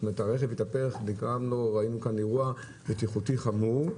הרכב התהפך, ראינו אירוע בטיחותי חמור,